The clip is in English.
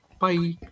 Bye